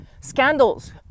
scandals